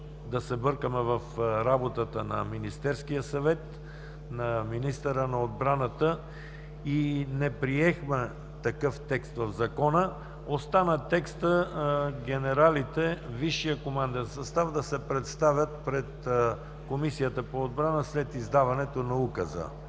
да се бъркаме в работата на Министерския съвет, на министъра на отбраната и не приехме такъв текст в Закона. Остана текстът генералите, Висшият команден състав, да се представят пред Комисията по отбраната след издаването на указа